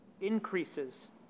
increases